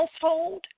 household